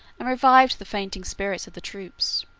and revived the fainting spirits of the troops.